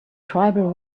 tribal